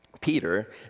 Peter